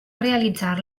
realitzar